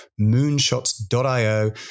moonshots.io